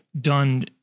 done